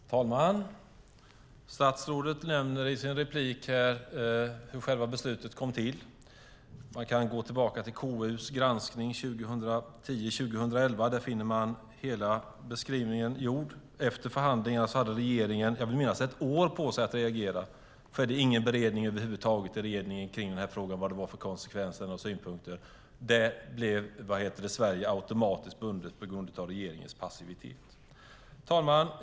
Herr talman! Statsrådet nämner i sin replik hur beslutet kom till. Man kan gå tillbaka till KU:s granskning 2010/2011. Där finner man hela beskrivningen. Jag vill minnas att regeringen efter förhandlingarna hade ett år på sig att reagera. Det var ingen beredning i regeringen över huvud taget om konsekvenser och synpunkter. Sverige blev automatiskt bundet på grund av regeringens passivitet. Herr talman!